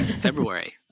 February